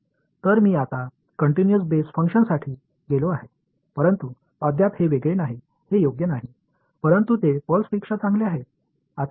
तर मी आता कंटिन्यूअस बेस फंक्शनसाठी गेलो आहे परंतु अद्याप हे वेगळे नाही हे योग्य नाही परंतु ते पल्सपेक्षा चांगले आहे